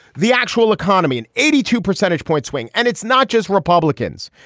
the actual economy an eighty two percentage point swing. and it's not just republicans.